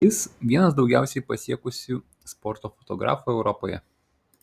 jis vienas daugiausiai pasiekusių sporto fotografų europoje